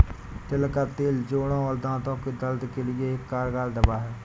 तिल का तेल जोड़ों और दांतो के दर्द के लिए एक कारगर दवा है